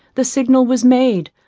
the signal was made,